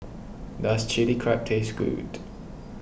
does Chili Crab taste good